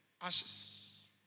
Ashes